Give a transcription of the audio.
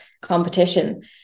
competition